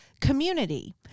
community